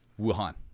Wuhan